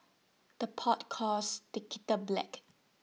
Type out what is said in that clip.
the pot calls the kettle black